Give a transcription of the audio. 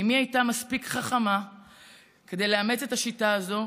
אימי הייתה מספיק חכמה כדי לאמץ את השיטה הזו,